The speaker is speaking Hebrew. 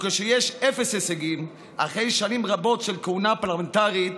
וכשיש אפס הישגים אחרי שנים רבות של כהונה פרלמנטרית